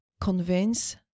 convince